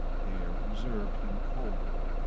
haer observed him coldly.